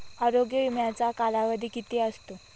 आरोग्य विम्याचा कालावधी किती असतो?